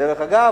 דרך אגב,